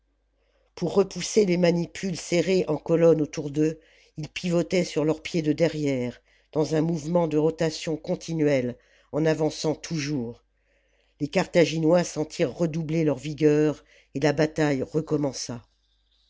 pour repousser les manipules serrées en colonnes autour d'eux ils pivotaient sur leurs pieds de derrière dans un mouvement de rotation continuelle en avançant toujours les carthaginois sentirent redoubler leur vigueur et la bataille